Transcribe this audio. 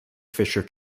fisher